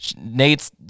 nate's